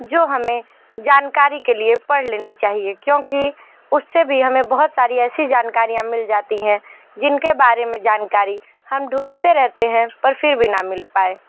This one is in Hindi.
जो हमें जानकारी के लिए पढ़ लेनी चाहिए क्योंकि उससे भी हमें बहुत सारी ऐसी जानकारियाँ मिल जाती हैं जिनके बारे में जानकारी हम ढूंढते रहते हैं पर फिर भी न मिल पाए